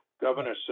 governor